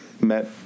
Met